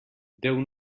déu